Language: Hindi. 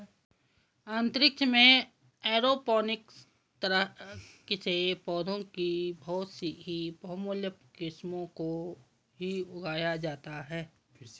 अंतरिक्ष में एरोपोनिक्स तरह से पौधों की बहुत ही बहुमूल्य किस्मों को ही उगाया जाता है